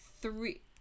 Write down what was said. three